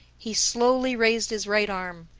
he slowly raised his right arm,